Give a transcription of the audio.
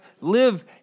live